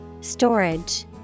Storage